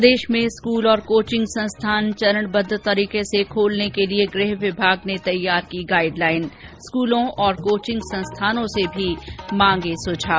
प्रदेश में स्कूल और कोचिंग संस्थान चरणबद्ध तरीके से खोलने के लिए गृह विभाग ने तैयार की गाइड लाइन स्कूलों और कोचिंग संस्थानों से भी मांगे सुझाव